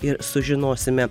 ir sužinosime